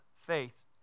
faith